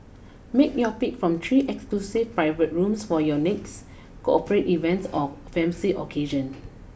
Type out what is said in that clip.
make your pick from three exclusive private rooms for your next corporate events or fancy occasion